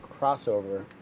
crossover